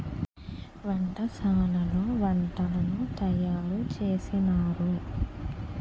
వంటశాలలో వంటలను తయారు చేసినారు